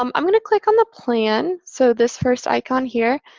um i'm going to click on the plan so this first icon here.